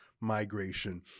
migration